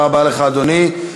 תודה רבה לך, אדוני.